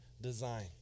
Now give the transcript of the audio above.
design